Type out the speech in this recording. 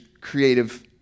creative